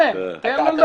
שטרן, תן לו לדבר.